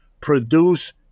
produce